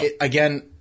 again –